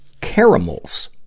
caramels